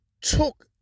took